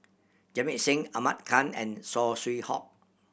Jamit Singh Ahmad Khan and Saw Swee Hock